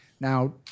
Now